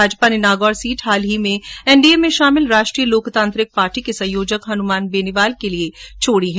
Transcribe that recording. भाजपा ने नागौर सीट हाल ही में एनडीए में शामिल राष्ट्रीय लोकतांत्रिक पार्टी के संयोजक हनुमान बेनीवाल के लिये खाली छोड़ी है